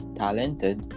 talented